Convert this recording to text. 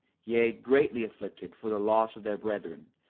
yea, greatly afflicted for the loss of their brethren,